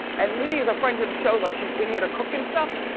and lidia's a friend to the show, like she's been here to cook and stuff.